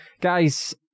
guys